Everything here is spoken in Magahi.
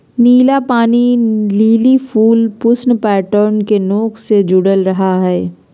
नीला पानी लिली फूल पुष्प पैटर्न के नोक से जुडल रहा हइ